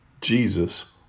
Jesus